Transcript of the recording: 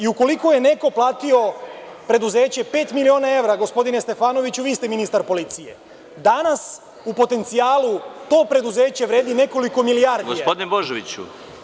Ukoliko je neko platio preduzeće pet miliona evra, gospodine Stefanoviću, vi ste ministar policije, danas u potencijalu to preduzeće vredi nekoliko milijardi evra.